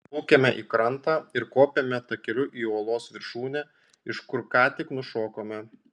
plaukiame į krantą ir kopiame takeliu į uolos viršūnę iš kur ką tik nušokome